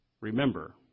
remember